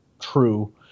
true